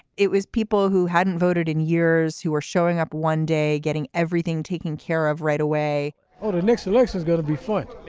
it was people who hadn't voted in years who are showing up one day, getting everything taken care of right away the next election is going to be fun.